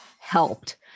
helped